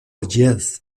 jes